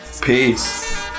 Peace